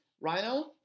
Rhino